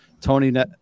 Tony